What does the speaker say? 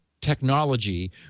technology